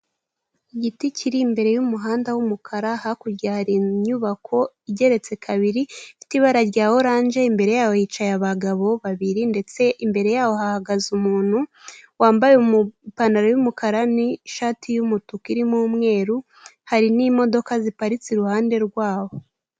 Igiti kiri imbere y'umuhanda w'umukara, hakurya hari inyubako igeretse kabiri, ifite ibara rya oranje, imbere yaho hicaye abagabo babiri ndetse imbere yawo hahagaze umuntu wambaye ipantaro y'umukara n'ishati y'umutuku irimo umweru, hari n'imodoka ziparitse iruhande rwaho.